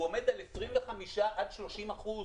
הוא עומד על 25 עד 30 אחוזים.